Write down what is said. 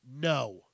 No